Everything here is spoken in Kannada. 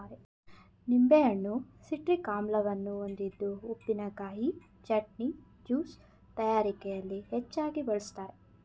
ನಿಂಬೆಹಣ್ಣು ಸಿಟ್ರಿಕ್ ಆಮ್ಲವನ್ನು ಹೊಂದಿದ್ದು ಉಪ್ಪಿನಕಾಯಿ, ಚಟ್ನಿ, ಜ್ಯೂಸ್ ತಯಾರಿಕೆಯಲ್ಲಿ ಹೆಚ್ಚಾಗಿ ಬಳ್ಸತ್ತರೆ